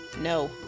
no